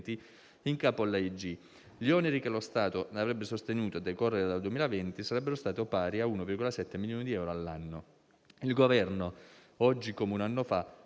in capo all'AIG. Gli oneri che lo Stato avrebbe sostenuto a decorrere dal 2020 sarebbero stati pari a 1,7 milioni di euro all'anno. Il Governo, oggi come un anno fa,